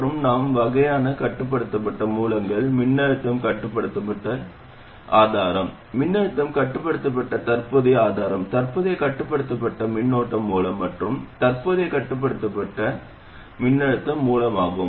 மற்றும் நான்கு வகையான கட்டுப்படுத்தப்பட்ட மூலங்கள் மின்னழுத்தம் கட்டுப்படுத்தப்பட்ட மின்னழுத்த ஆதாரம் மின்னழுத்தம் கட்டுப்படுத்தப்பட்ட தற்போதைய ஆதாரம் தற்போதைய கட்டுப்படுத்தப்பட்ட மின்னோட்ட மூல மற்றும் தற்போதைய கட்டுப்படுத்தப்பட்ட மின்னழுத்த மூலமாகும்